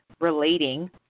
relating